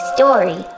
Story